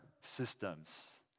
systems